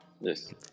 Yes